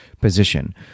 position